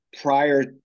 prior